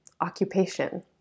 occupation